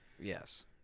Yes